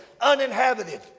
uninhabited